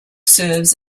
serves